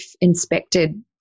inspected